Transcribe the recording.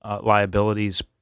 liabilities